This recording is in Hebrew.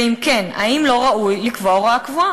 ואם כן, האם לא ראוי לקבוע הוראה" קבועה.